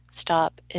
stop